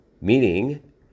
meaning